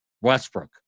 Westbrook